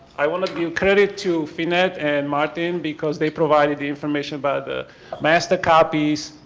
i want to give credit to fynnette and martin because they provided the information about the master copies.